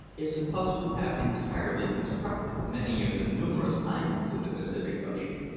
is supposed to have entirely constructed many of the numerous islands in the pacific ocean.